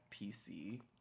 PC